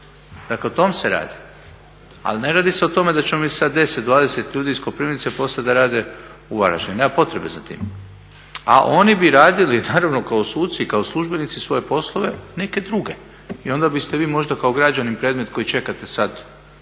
Dakle, o tome se radi. Ali ne radi se o tome da ćemo mi sad 10, 20 ljudi iz Koprivnice poslati da rade u Varaždin. Nema potrebe za tim. A oni bi radili, naravno, kao suci i kao službenici svoje poslove neke druge. I onda biste vi možda kao građanin predmet koji čekate sad